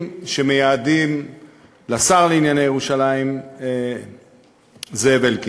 שמייעדים לשר לענייני ירושלים זאב אלקין.